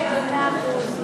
צודק במאה אחוז.